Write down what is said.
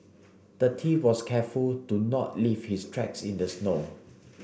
the thief was careful to not leave his tracks in the snow